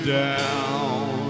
down